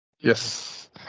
Yes